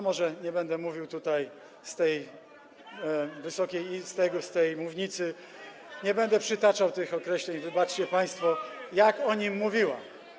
Może nie będę mówił tutaj, w Wysokiej Izbie, z tej mównicy, nie będę przytaczał tych określeń, wybaczcie państwo, tego, jak o nim mówiła.